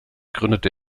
gründete